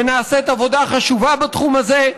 ונעשית עבודה חשובה בתחום הזה,